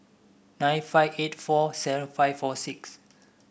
nine five eight four seven five four six